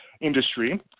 industry